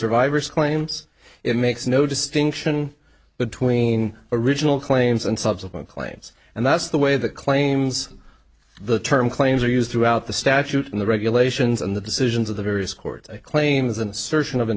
survivor's claims it makes no distinction between original claims and subsequent claims and that's the way the claims the term claims are used throughout the statute in the regulations and the decisions of the various court claims an assertion of